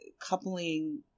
coupling